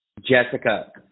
Jessica